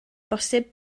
posib